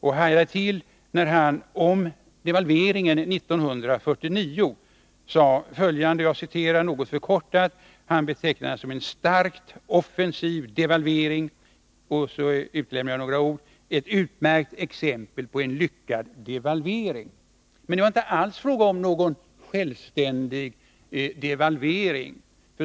Jag reagerade när han betecknade devalveringen 1949 som ”en starkt offensiv devalvering” och sade att den var ”ett utmärkt exempel på en lyckad devalvering”. Det var inte alls fråga om någon självständig devalvering.